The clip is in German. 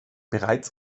bereits